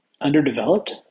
underdeveloped